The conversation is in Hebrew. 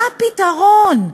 מה הפתרון?